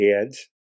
ads